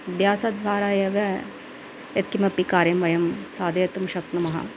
अभ्यासद्वारा एव यत्किमपि कार्यं वयं साधयितुं शक्नुमः